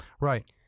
Right